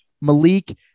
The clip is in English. Malik